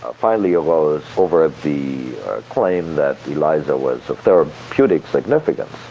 ah finally arose over ah the claim that eliza was of therapeutic significance.